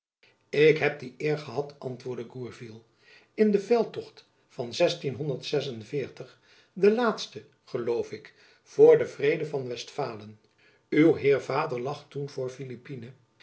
ik heb die eer gehad antwoordde gourville in den veldtocht van de laatste geloof ik voor den vrede van westfalen uw heer vader lag jacob van lennep elizabeth musch toen voor